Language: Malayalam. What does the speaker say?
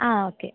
ആ ഓക്കെ